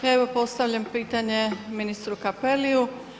Evo postavljam pitanje ministru Cappelliu.